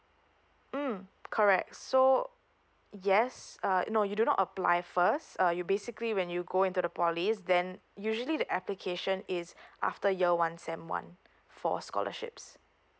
mm correct so yes uh no you do not apply first uh you basically when you go into the poly's then usually the application is after year one sem one for scholarships